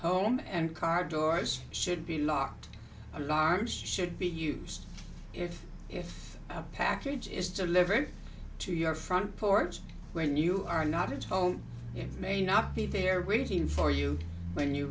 home and car doors should be unlocked alarms should be used if if a package is delivered to your front porch when you are not its home it may not be there waiting for you when you